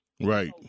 Right